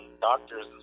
doctors